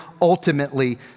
ultimately